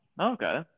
Okay